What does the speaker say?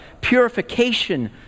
purification